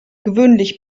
gewöhnlich